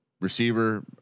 receiver